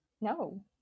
No